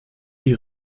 les